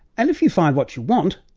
and if you find what you want,